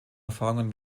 erfahrungen